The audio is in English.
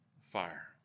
fire